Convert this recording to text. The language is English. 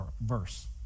verse